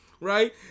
right